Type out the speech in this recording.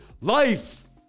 life